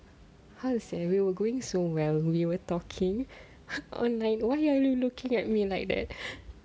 how to say we were going so well we were talking online why are you looking at me like that